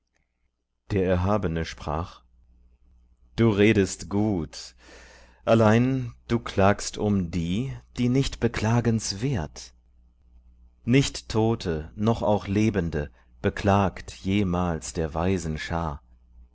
der erhabene sprach du redest gut allein du klagst um die die nicht beklagenswert nicht tote noch auch lebende beklagt jemals der weisen schar